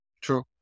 True